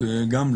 כן.